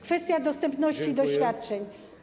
Kwestia dostępności świadczeń.